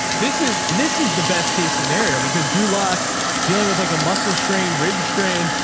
this is, this is the best case scenario because drew luck dealing with like a muscle strain rape strain,